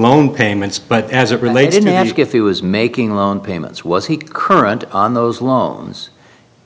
loan payments but as it related to ask if he was making a loan payments was he currently on those loans